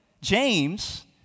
James